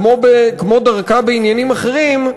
כמו דרכה בעניינים אחרים,